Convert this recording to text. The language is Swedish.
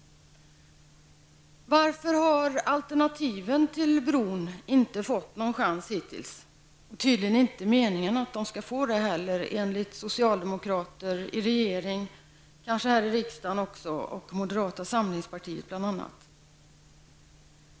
Varför har alternativen till bron inte fått någon chans hittills? Det är tydligen inte meningen att de skall få det heller enligt socialdemokrater i regeringen, kanske också här i riksdagen, och moderata samlingspartiet.